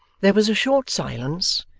there was a short silence,